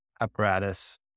apparatus